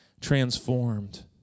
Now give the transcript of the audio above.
transformed